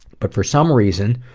but for some reason,